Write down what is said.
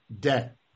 debt